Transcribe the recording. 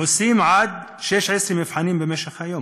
עושים עד 16 מבחנים במשך היום.